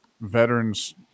veterans